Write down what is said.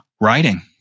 writing